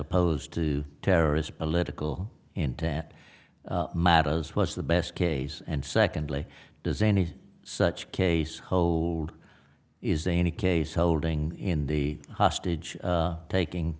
opposed to terrorist political intent matters what's the best case and secondly does any such case hold is in any case holding in the hostage taking